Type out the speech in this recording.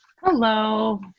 Hello